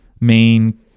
main